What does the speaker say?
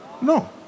No